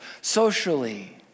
socially